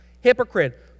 Hypocrite